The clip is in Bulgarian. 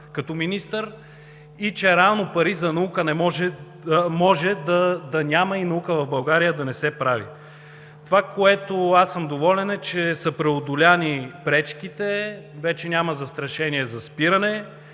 като министър, и че реално пари за наука може да няма и наука в България да не се прави. Доволен съм, че са преодолени пречките. Вече няма застрашения за спиране.